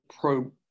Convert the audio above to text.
pro